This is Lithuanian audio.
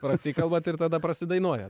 prasikalbat ir tada prasidainuojat